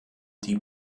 die